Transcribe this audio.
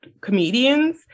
comedians